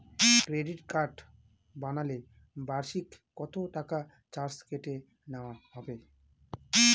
Credit card বানালে বার্ষিক কত টাকা চার্জ কেটে নেওয়া হবে?